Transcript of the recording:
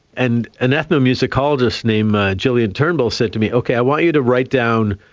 and an ethnomusicologist named gillian turnbull said to me, okay, i want you to write down